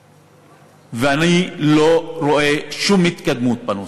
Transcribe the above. לסדר-היום, ואני לא רואה שום התקדמות בנושא.